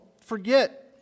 forget